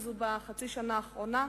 וזה בחצי השנה האחרונה.